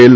L